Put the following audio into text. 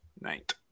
night